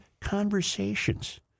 conversations